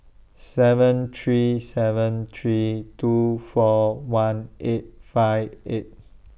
seven three seven three two four one eight five eight